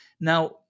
Now